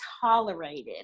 tolerated